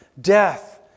death